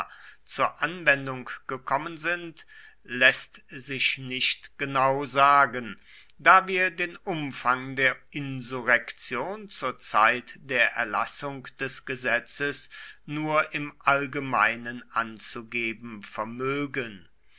zur anwendung gekommen sind läßt sich nicht genau sagen da wir den umfang der insurrektion zur zeit der erlassung des gesetzes nur im allgemeinen anzugeben vermögen